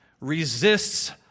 resists